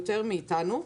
יותר מאיתנו,